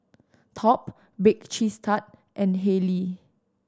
Top Bake Cheese Tart and Haylee